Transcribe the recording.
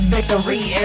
Victory